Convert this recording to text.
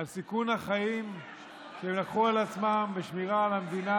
על סיכון החיים שלקחו על עצמם בשמירה על המדינה